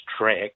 track